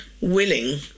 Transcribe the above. willing